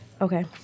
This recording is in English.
Okay